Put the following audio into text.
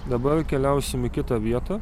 dabar keliausim į kitą vietą